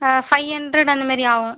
ஆ five hundred அந்தமாரி ஆவும்